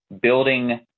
building